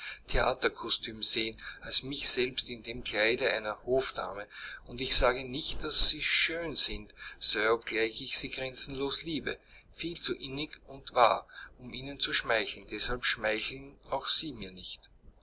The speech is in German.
theaterkostüm sehen als mich selbst in dem kleide einer hofdame und ich sage nicht daß sie schön sind sir obgleich ich sie grenzenlos liebe viel zu innig und wahr um ihnen zu schmeicheln deshalb schmeicheln auch sie mir nicht